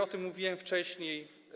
O tym mówiłem wcześniej.